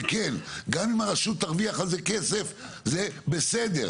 וכן, גם אם הרשות תרוויח על זה כסף, זה בסדר.